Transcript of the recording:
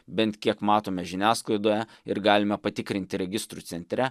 bent kiek matome žiniasklaidoje ir galime patikrinti registrų centre